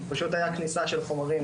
פשוט היה כניסה של חומרים,